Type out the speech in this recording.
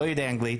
לא יודע אנגלית,